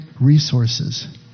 resources